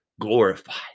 glorified